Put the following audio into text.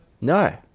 No